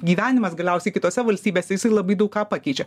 gyvenimas galiausiai kitose valstybėse jisai labai daug ką pakeičia